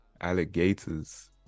alligators